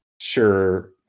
sure